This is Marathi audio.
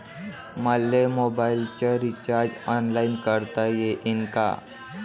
मले मोबाईलच रिचार्ज ऑनलाईन करता येईन का?